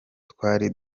twari